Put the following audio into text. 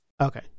Okay